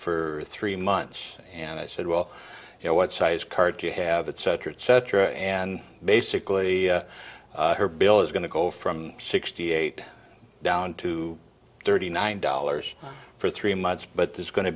for three months and i said well you know what size car do you have it cetera et cetera and basically her bill is going to go from sixty eight down to thirty nine dollars for three months but there's go